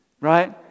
Right